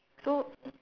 so